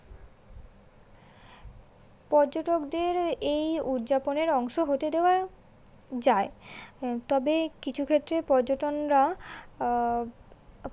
পর্যটকদের এই উদযাপনের অংশ হতে দেওয়া যায় তবে কিছু ক্ষেত্রে পর্যটকরা